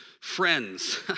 Friends